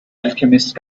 alchemist